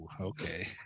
okay